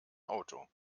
auto